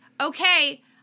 okay